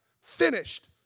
finished